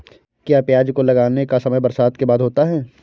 क्या प्याज को लगाने का समय बरसात के बाद होता है?